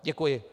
Děkuji.